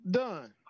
done